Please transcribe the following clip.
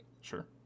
Sure